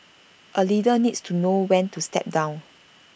A leader needs to know when to step down